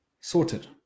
Sorted